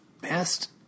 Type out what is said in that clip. Best